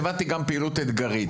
והבנתי שגם על פעילות אתגרית.